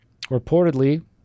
Reportedly